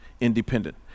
independent